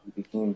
כמו חלקיקים,